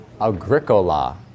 agricola